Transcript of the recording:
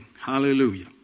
Hallelujah